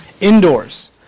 indoors